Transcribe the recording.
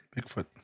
Bigfoot